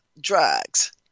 drugs